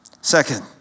Second